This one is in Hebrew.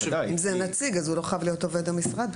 אם זה נציג אז הוא לא חייב להיות עובד המשרד.